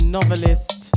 Novelist